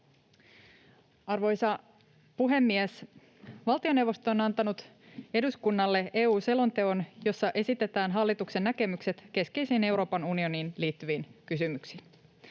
Arvoisa puhemies! Valtioneuvosto on antanut eduskunnalle EU-selonteon, jossa esitetään hallituksen näkemykset keskeisiin Euroopan unioniin liittyviin kysymyksiin.